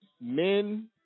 Men